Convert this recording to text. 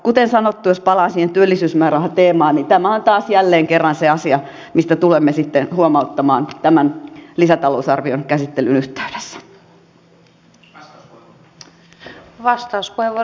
kuten sanottu jos palaan siihen työllisyysmäärärahateemaan tämä on taas jälleen kerran se asia mistä tulemme sitten huomauttamaan tämän lisätalousarvion käsittelyn yhteydessä